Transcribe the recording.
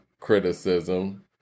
criticism